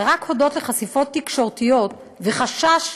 רק הודות לחשיפות תקשורתיות וחשש